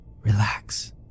relax